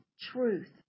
truth